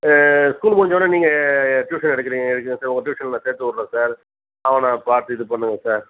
ஏ school முடிஞ்சோனே நீங்கள் tuition எடுக்குறிங்க எடுங்க சார் உங்கள் ட்யூஷனில் சேர்த்துவுட்றேன் சார் அவனை பார்த்து இது பண்ணுங்கள் சார்